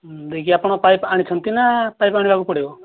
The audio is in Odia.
ଦେଇକି ଆପଣ ପାଇପ୍ ଆଣିଛନ୍ତି ନା ପାଇପ୍ ଆଣିବାକୁ ପଡ଼ିବ